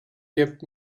kept